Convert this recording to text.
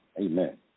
amen